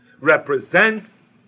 represents